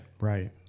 right